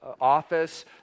office